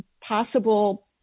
possible